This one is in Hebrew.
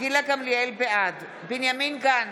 בנימין גנץ,